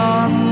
on